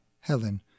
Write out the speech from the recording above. Helen